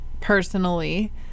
Personally